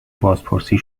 بازپرسی